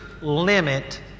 limit